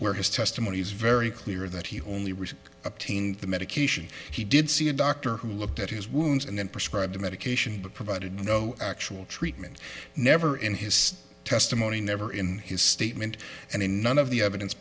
where his testimony is very clear that he only recent obtained the medication he did see a doctor who looked at his wounds and then prescribed medication but provided no actual treatment never in his testimony never in his statement and in none of the evidence